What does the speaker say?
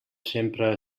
sempre